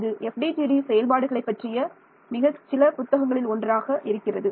இது FDTD செயல்பாடுகளைப் பற்றிய மிகச் சில புத்தகங்களில் ஒன்றாக இருக்கிறது